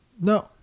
No